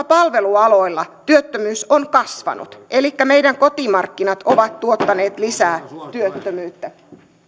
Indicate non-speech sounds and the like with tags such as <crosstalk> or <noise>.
<unintelligible> palvelualoilla työttömyys on kasvanut elikkä meidän kotimarkkinamme ovat tuottaneet lisää työttömyyttä